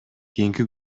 кийинки